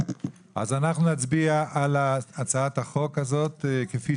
אנחנו נצביע על הצעת החוק הזאת כפי